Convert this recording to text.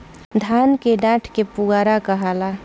धान के डाठ के पुआरा कहाला